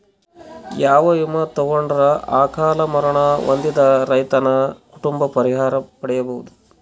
ಯಾವ ವಿಮಾ ತೊಗೊಂಡರ ಅಕಾಲ ಮರಣ ಹೊಂದಿದ ರೈತನ ಕುಟುಂಬ ಪರಿಹಾರ ಪಡಿಬಹುದು?